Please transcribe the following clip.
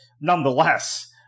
nonetheless